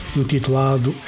intitulado